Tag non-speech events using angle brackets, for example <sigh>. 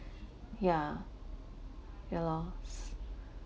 ya ya lor <breath>